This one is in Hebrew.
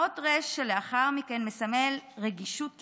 האות ר' שלאחר מכן מסמלת רגישות קיצונית.